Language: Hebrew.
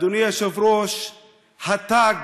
אדוני היושב-ראש, התג